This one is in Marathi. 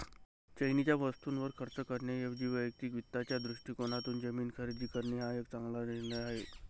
चैनीच्या वस्तूंवर खर्च करण्याऐवजी वैयक्तिक वित्ताच्या दृष्टिकोनातून जमीन खरेदी करणे हा एक चांगला निर्णय आहे